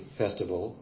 festival